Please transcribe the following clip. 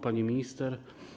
Pani Minister!